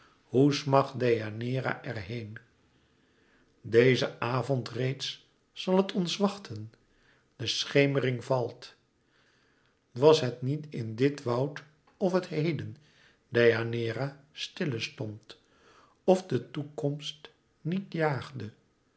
hoe smacht deianeira er heen dezen avond reeds zal het ons wachten de schemering valt was het niet in dit woud of het heden deianeira stille stond of de toekomst niet jaagde